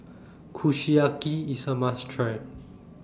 Kushiyaki IS A must Try